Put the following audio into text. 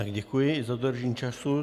Děkuji i za dodržení času.